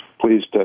pleased